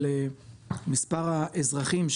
על מספר האזרחים,